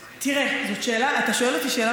תראה, אתה שואל אותי שאלה